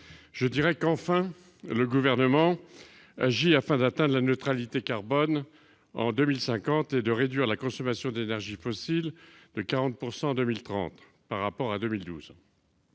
l'article. Enfin, le Gouvernement agit afin d'atteindre la neutralité carbone en 2050 et de réduire la consommation d'énergies fossiles de 40 % en 2030 par rapport à 2012.